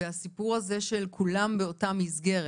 והסיפור של כולם באותה מסגרת,